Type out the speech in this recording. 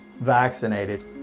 vaccinated